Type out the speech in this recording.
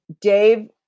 Dave